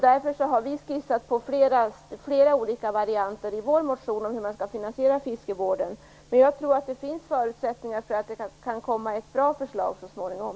Därför har vi i vår motion om hur fiskevården skall finansieras skissat på flera olika varianter. Jag tror att det finns förutsättningar för ett bra förslag så småningom.